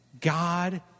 God